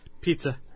Pizza